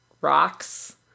rocks